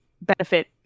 benefit